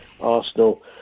Arsenal